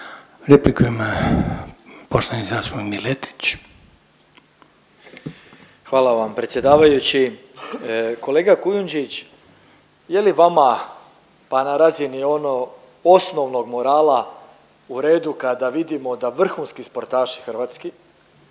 **Miletić, Marin (MOST)** Hvala vam predsjedavajući. Kolega Kujundžić je li vama pa na razini ono osnovnog morala u redu kada vidimo da vrhunski sportaši hrvatski